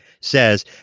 says